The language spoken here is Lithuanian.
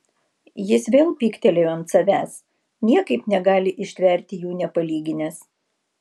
jis vėl pyktelėjo ant savęs niekaip negali ištverti jų nepalyginęs